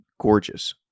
gorgeous